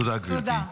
תודה, גברתי.